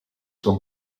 són